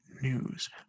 news